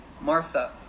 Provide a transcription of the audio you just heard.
Martha